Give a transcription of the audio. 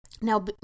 Now